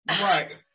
Right